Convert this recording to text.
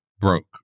broke